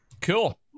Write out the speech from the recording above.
cool